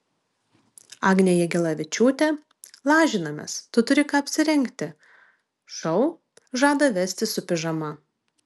agnė jagelavičiūtė lažinamės tu turi ką apsirengti šou žada vesti su pižama